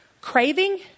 craving